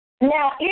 Now